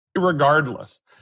regardless